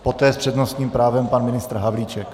Poté s přednostním právem pan ministr Havlíček.